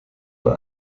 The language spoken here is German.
bei